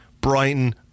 Brighton